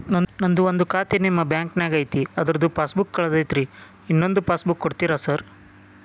ನಂದು ಒಂದು ಖಾತೆ ನಿಮ್ಮ ಬ್ಯಾಂಕಿನಾಗ್ ಐತಿ ಅದ್ರದು ಪಾಸ್ ಬುಕ್ ಕಳೆದೈತ್ರಿ ಇನ್ನೊಂದ್ ಪಾಸ್ ಬುಕ್ ಕೂಡ್ತೇರಾ ಸರ್?